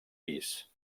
pis